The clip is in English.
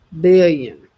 billion